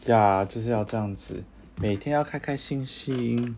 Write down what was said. ya 就是要这样子每天要开开心心